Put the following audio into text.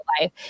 life